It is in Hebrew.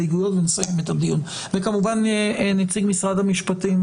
וכמובן נציג משרד המשפטים,